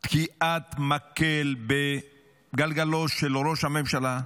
תקיעת מקל בגלגלו של ראש הממשלה,